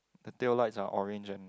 the taillights are orange and